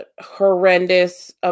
horrendous